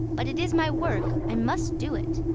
but it is my work. i must do it.